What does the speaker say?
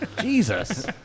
Jesus